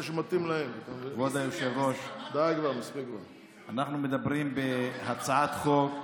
כבוד היושב-ראש, אנחנו מדברים בהצעת חוק